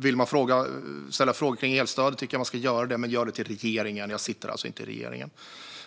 Vill man ställa frågor om elstöd tycker jag att man ska göra det, men ställ dem till regeringen! Jag sitter inte i regeringen.